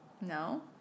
No